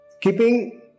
Keeping